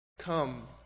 come